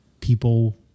people